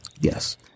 Yes